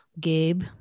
Gabe